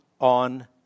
on